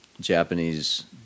Japanese